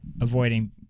avoiding